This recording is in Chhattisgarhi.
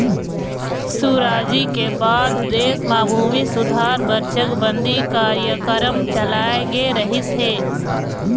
सुराजी के बाद देश म भूमि सुधार बर चकबंदी कार्यकरम चलाए गे रहिस हे